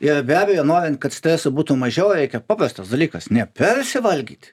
ir be abejo norint kad streso būtų mažiau reikia paprastas dalykas nepersivalgyti